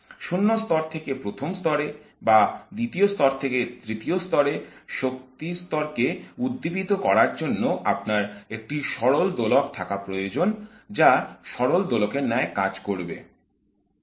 0 স্তর থেকে 1'ম স্তরে বা 2'য় স্তর থেকে 3'য় স্তরে শক্তিস্তর কে উদ্দীপিত করার জন্য আপনার একটি সরল দোলকেয় গতি থাকা প্রয়োজন যা সরল দোলকের ন্যায় কাজ করবেনা